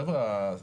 חבר'ה,